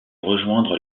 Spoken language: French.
rejoindre